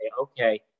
okay